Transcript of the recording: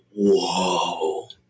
whoa